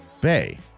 Bay